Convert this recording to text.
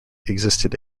existed